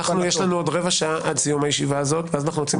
יש לנו עוד רבע שעה עד לסיום הישיב הזאת ואז אנחנו יוצאים